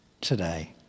today